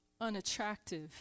unattractive